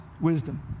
wisdom